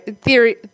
theory